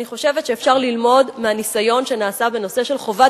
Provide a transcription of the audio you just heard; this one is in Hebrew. אני חושבת שאפשר ללמוד מהניסיון שנעשה בנושא של חובת